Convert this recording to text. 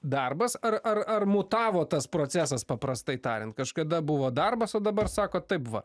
darbas ar ar ar mutavo tas procesas paprastai tariant kažkada buvo darbas o dabar sakot taip va